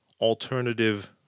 alternative